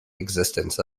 existence